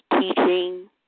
teaching